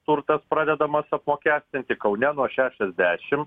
turtas pradedamas apmokestinti kaune nuo šešiasdešim